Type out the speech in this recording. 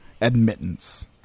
admittance